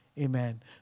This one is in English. amen